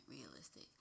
realistic